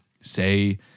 say